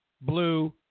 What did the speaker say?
blue